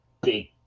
big